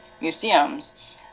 museums